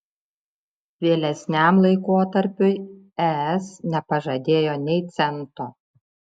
vėlesniam laikotarpiui es nepažadėjo nė cento